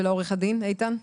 ולעורך הדין איתן,